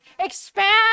expand